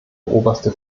oberste